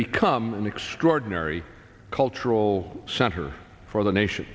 become an extraordinary cultural center for the nation